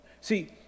See